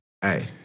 hey